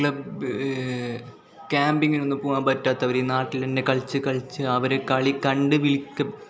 club ക്യാമ്പിങ്ങിനൊന്നും പോകാൻ പറ്റാത്തവർ നാട്ടിൽ തന്നെ കളിച്ച് കളിച്ച് അവർ കളി കണ്ട് വിളിക്കും